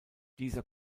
dieser